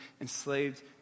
enslaved